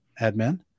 admin